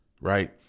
Right